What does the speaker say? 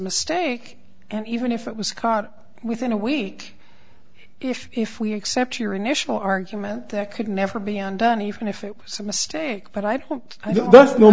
mistake and even if it was caught within a week if we accept your initial argument there could never be undone even if it was a mistake but i don't i don't know